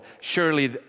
surely